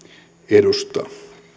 edustaa